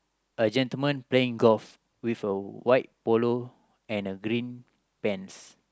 a gentlemen playing golf with a white polo and a green pants